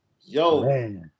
yo